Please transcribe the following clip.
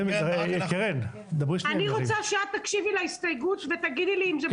אני רוצה שתקשיבי להסתייגות ותגידי לי אם זה מקובל עלייך.